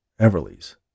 Everly's